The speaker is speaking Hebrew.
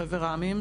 חבר העמים,